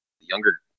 younger